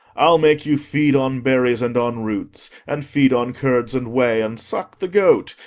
i'll make you feed on berries and on roots, and feed on curds and whey, and suck the goat,